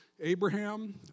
Abraham